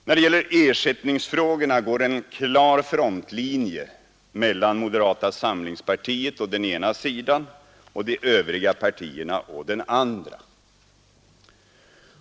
När det gäller ersättningsfrågorna går en klar frontlinje mellan moderata samlingspartiet å ena sidan och de övriga partierna å den andra.